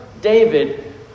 David